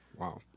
Wow